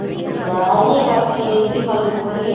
ठीक है आइएगा कि एसे खाली बोलिए